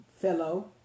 fellow